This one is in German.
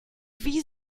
wie